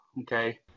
Okay